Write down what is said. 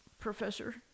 Professor